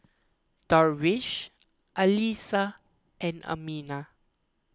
Darwish Alyssa and Aminah